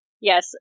Yes